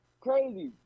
crazy